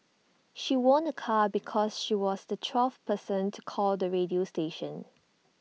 she won A car because she was the twelfth person to call the radio station